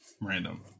random